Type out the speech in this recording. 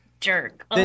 jerk